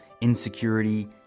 insecurity